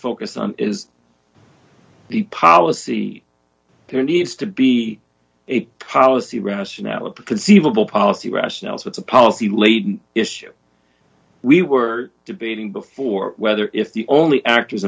focus on is the policy there needs to be a policy rationale of conceivable policy rationales it's a policy laden issue we were debating before whether if the only actors